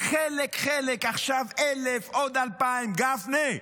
חלק חלק, עכשיו 1,000, עוד 2,000. גפני,